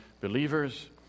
believers